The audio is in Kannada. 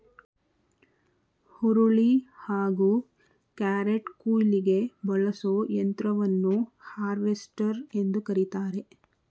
ಹುರುಳಿ ಹಾಗೂ ಕ್ಯಾರೆಟ್ಕುಯ್ಲಿಗೆ ಬಳಸೋ ಯಂತ್ರವನ್ನು ಹಾರ್ವೆಸ್ಟರ್ ಎಂದು ಕರಿತಾರೆ